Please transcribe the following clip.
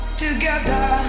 together